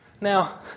Now